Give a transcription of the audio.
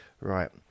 right